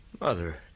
mother